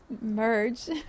merge